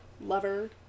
lover